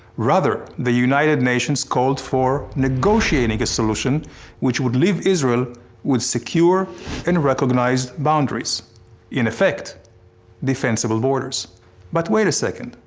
rather, the united nations called for negotiating a solution which would leave israel with secure and recognized boundaries in effect defensible borders but wait a second,